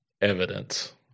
Evidence